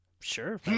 sure